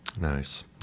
Nice